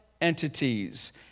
entities